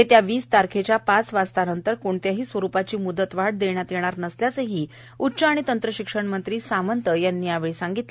येत्या वीस तारखेच्या पाच वाजेनंतर कोणत्याही स्वरूपाची मुदतवाढ देण्यात येणार नसल्याचंही उच्च आणि तंत्र शिक्षण मंत्री सामंत यांनी यावेळी सांगितलं